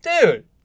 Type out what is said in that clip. Dude